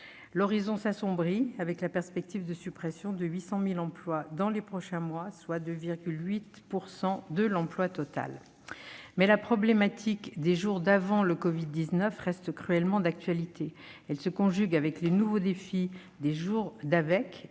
L'horizon s'assombrit, avec la perspective de la suppression de 800 000 emplois, soit 2,8 % de l'emploi total, dans les prochains mois. Mais la problématique des jours d'avant le Covid-19 reste cruellement d'actualité. Elle se conjugue avec les nouveaux défis des jours d'avec